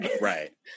Right